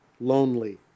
lonely